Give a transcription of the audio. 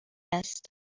است